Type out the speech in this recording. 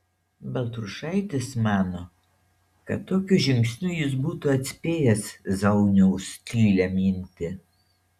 baltrušaitis mano kad tokiu žingsniu jis būtų atspėjęs zauniaus tylią mintį